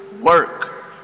Work